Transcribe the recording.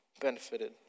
benefited